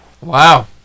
Wow